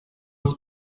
aus